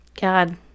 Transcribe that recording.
God